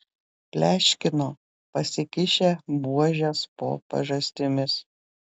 pleškino pasikišę buožes po pažastimis